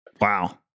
Wow